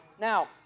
Now